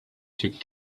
took